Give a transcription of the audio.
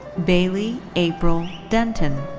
bailey april denton.